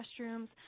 restrooms